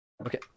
Okay